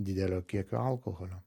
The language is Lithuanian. didelio kiekio alkoholio